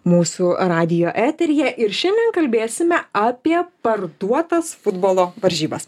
mūsų radijo eteryje ir šiandien kalbėsime apie partuotas futbolo varžybas